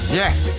yes